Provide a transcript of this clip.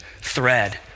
thread